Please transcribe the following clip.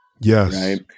Yes